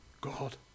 God